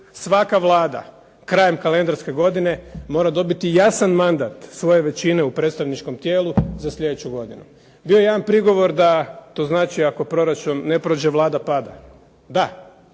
svaka Vlada krajem kalendarske godine mora dobiti jasan mandat svoje većine u predstavničkom tijelu za sljedeću godinu. Bio je jedan prigovor da to znači ako proračun ne prođe Vlada pada. Da,